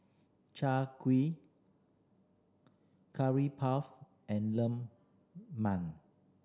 Chai Kuih Curry Puff and lemang